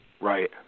right